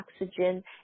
oxygen